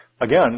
Again